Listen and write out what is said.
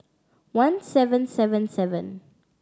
one seven seven seven